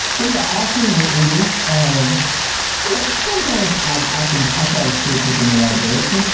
but yeah, often we do. um you know sometimes ah ah like and i try to steer people in the right direction, you know